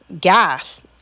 gas